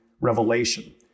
Revelation